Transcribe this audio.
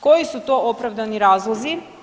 Koji su to opravdani razlozi?